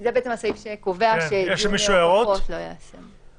זה הסעיף שקובע שדיון הוכחות לא ייעשה --- יש למישהו הערות?